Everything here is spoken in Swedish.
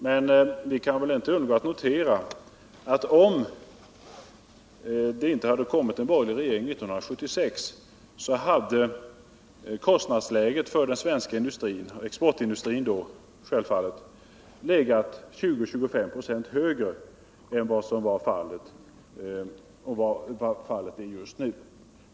Men vi kan väl inte undgå att notera, att om vi inte hade fått en borgerlig regering 1976 hade kostnadsläget för den svenska exportindustrin legat 20-25 96 högre än vad fallet är just nu.